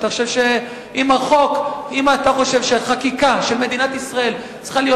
אם אתה חושב שהחקיקה של מדינת ישראל צריכה להיות